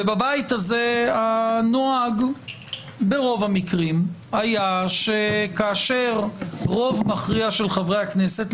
ובבית הזה הנוהג ברוב המקרים היה שכאשר רוב מכריע של חברי הכנסת,